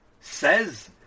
says